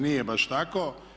Nije baš tako.